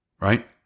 right